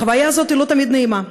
החוויה הזאת לא תמיד נעימה.